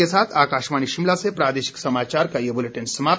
इसी के साथ आकाशवाणी शिमला से प्रादेशिक समाचार का ये बुलेटिन समाप्त हुआ